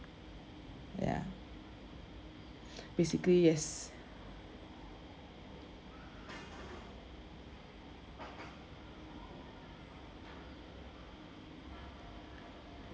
ya basically yes